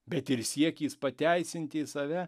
bet ir siekis pateisinti save